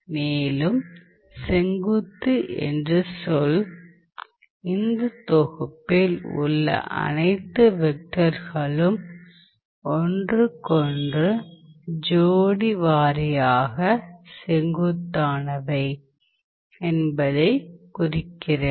மேலும் செங்குத்து என்ற சொல் இந்த தொகுப்பில் உள்ள அனைத்து வெக்டர்களும் ஒன்றுக்கொன்று ஜோடி வாரியாக செங்குத்தானவை என்பதை குறிக்கிறது